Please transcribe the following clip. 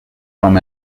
from